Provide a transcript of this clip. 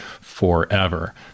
forever